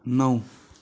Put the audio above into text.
नौ